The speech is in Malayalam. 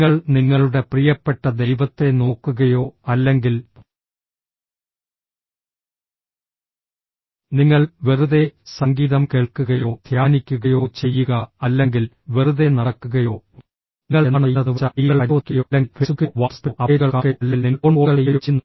നിങ്ങൾ നിങ്ങളുടെ പ്രിയപ്പെട്ട ദൈവത്തെ നോക്കുകയോ അല്ലെങ്കിൽ നിങ്ങൾ വെറുതെ സംഗീതം കേൾക്കുകയോ ധ്യാനിക്കുകയോ ചെയ്യുക അല്ലെങ്കിൽ വെറുതെ നടക്കുകയോ നിങ്ങൾ എന്താണ് ചെയ്യുന്നതെന്നുവെച്ചാൽ മെയിലുകൾ പരിശോധിക്കുകയോ അല്ലെങ്കിൽ ഫെയ്സ് ബുക്കിലോ വാട്ട്സ്ആപ്പിലോ അപ്ഡേറ്റുകൾ കാണുകയോ അല്ലെങ്കിൽ നിങ്ങൾ ഫോൺ കോളുകൾ ചെയ്യുകയോ ചെയ്യുന്നു